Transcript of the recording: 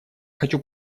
хочу